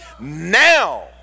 Now